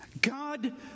God